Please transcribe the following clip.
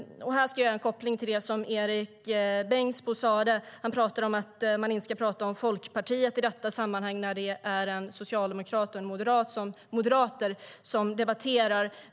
Här ska jag göra en koppling till det som Erik Bengtzboe sa. Han sa att man inte ska prata om Folkpartiet i detta sammanhang när det är en socialdemokrat och moderater som debatterar.